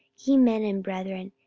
ye men and brethren,